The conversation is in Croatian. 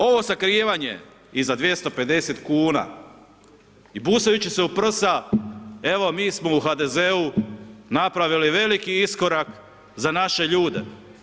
Ovo sakrivanje iza 250,00 kn i busajući se u prsa, evo mi smo u HDZ-u napravili veliki iskorak za naše ljude.